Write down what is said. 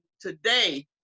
today